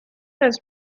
has